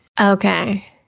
Okay